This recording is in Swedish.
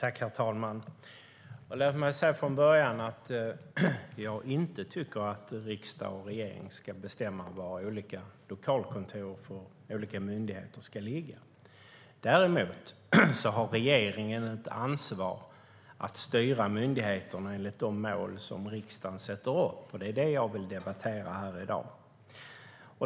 Herr talman! Låt mig säga från början att jag inte tycker att riksdag och regering ska bestämma var olika lokalkontor och myndigheter ska ligga. Däremot har regeringen ett ansvar att styra myndigheterna enligt de mål som riksdagen sätter upp. Det är det jag vill debattera här i dag.